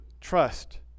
trust